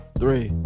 three